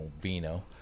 vino